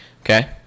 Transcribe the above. Okay